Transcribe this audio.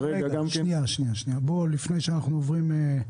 רגע, לפני שאנחנו עוברים נושא,